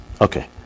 Okay